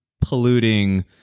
polluting